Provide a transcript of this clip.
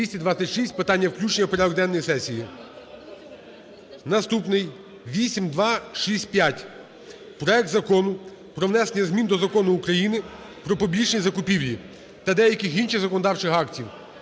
За-226 Питання включено в порядок денний сесії. Наступний 8265 – проект Закону про внесення змін до Закону України "Про публічні закупівлі" та деяких інших законодавчих актів.